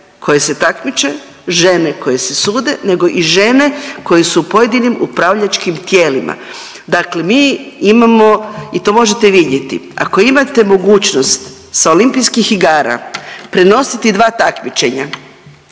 koje se takmiče, žene koje se sude, nego i žene koje su u pojedinim upravljačkim tijelima. Dakle mi imamo i to možete vidjeti, ako imate mogućnost sa olimpijskih igara prenositi dva takmičenja